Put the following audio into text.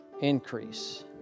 increase